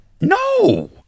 no